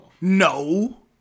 No